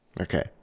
Okay